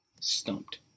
Stumped